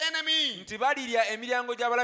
enemy